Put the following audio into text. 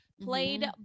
played